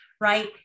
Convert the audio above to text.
right